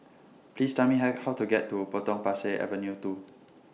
Please Tell Me Hi How to get to Potong Pasir Avenue two